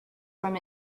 from